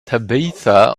tabitha